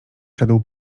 szedł